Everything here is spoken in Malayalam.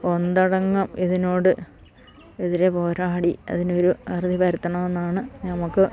ഒന്നടങ്കം ഇതിനോട് എതിരെ പോരാടി അതിനൊരു അറുതി വരുത്തണമെന്നാണ് നമുക്ക്